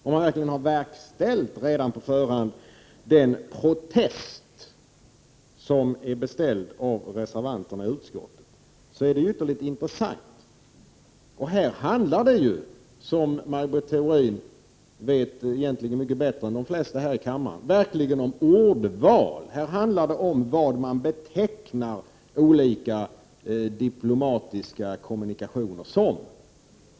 Om han verkligen redan på förhand har verkställt den protest som beställs av reservanterna i utskottet är det ytterligt intressant. Här handlar det, som Maj Britt Theorin vet mycket bättre än de flesta här i kammaren, om ordval, om vad man betecknar olika diplomatiska kommunikationer som.